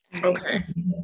okay